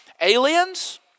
aliens